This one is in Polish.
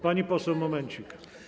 Pani poseł, momencik.